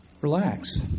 relax